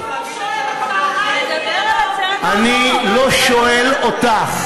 הציבור שואל אותך האם, תדבר על, אני לא שואל אותך.